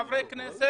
חברי כנסת,